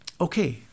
Okay